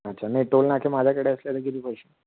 अच्छा नाही टोलनाके माझ्याकडे असले तर किती पैसे